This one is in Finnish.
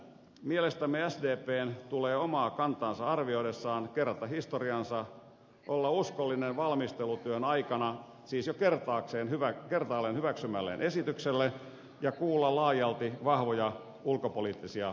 mielestämme sdpn tulee omaa kantaansa arvioidessaan kerrata historiansa olla uskollinen valmistelutyön aikana siis jo kertaalleen hyväksymälleen esitykselle ja kuulla laajalti vahvoja ulkopoliittisia johtajiaan